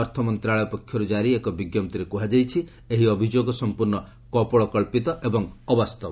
ଅର୍ଥ ମନ୍ତ୍ରଣାଳୟ ପକ୍ଷରୁ ଜାରି ଏକ ବିଜ୍ଞପ୍ତିରେ କୁହାଯାଇଛି ଏହି ଅଭିଯୋଗ ସମ୍ପର୍ଶ୍ଣ କପୋଳକ୍ଷିତ ଏବଂ ଅବାସ୍ତବ